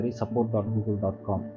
support.google.com